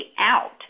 out